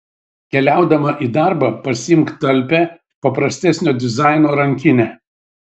keliaudama į darbą pasiimk talpią paprastesnio dizaino rankinę